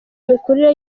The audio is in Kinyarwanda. imikurire